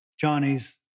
Johnny's